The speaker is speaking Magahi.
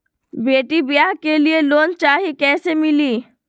बेटी ब्याह के लिए लोन चाही, कैसे मिली?